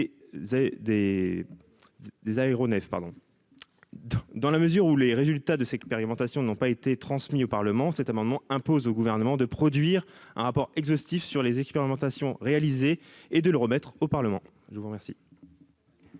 dans la mesure où les résultats de ce expérimentation n'ont pas été transmis au Parlement, cet amendement impose au gouvernement de produire un rapport exhaustif sur les expérimentations réalisées et de le remettre au Parlement, je vous remercie.